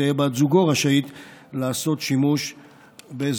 תהא בת זוגו רשאית לעשות שימוש בזרעו.